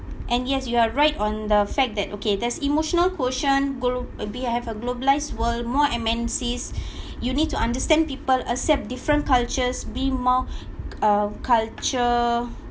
and yes you are right on the fact that okay there's emotional quotient glu~ we have a globalised world more M_N_Cs you need to understand people accept different cultures be more uh culture